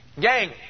Gang